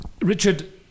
Richard